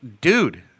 dude